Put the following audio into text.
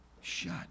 shut